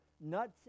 nuts